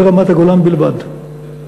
ברמת-הגולן בלבד.